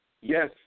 Yes